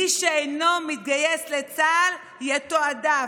מי שאינו מתגייס לצה"ל, יתועדף,